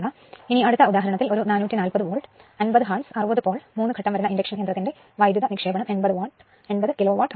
ഇനി അടുത്ത ഉദാഹരണത്തിൽ ഒരു 440 വോൾട് 50 ഹാർട്സ് 60 പോൾ 3 ഘട്ടം വരുന്ന ഇൻഡക്ഷൻ യന്ത്രത്തിന്റെ വൈദ്യുത നിക്ഷേപണം 80 കിലോവാട്ട് ആണ്